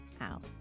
out